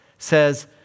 says